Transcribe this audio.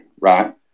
right